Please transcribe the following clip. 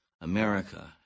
America